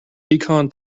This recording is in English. pecan